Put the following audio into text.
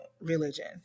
religion